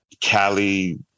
Cali